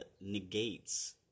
negates